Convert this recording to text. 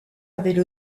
avaient